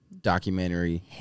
documentary